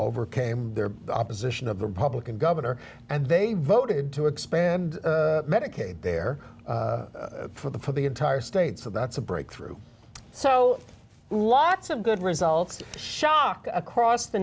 overcame their opposition of the republican governor and they voted to expand medicaid there for the for the entire state so that's a breakthrough so lots of good results shock across the